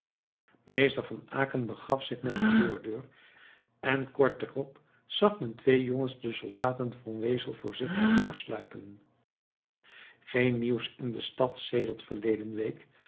meester van aecken begaf zich naar de voordeur en kort daarop zag men twee jongens de soldaten en van wezel voorzichtig nasluipen geen nieuws in de stad sedert verleden week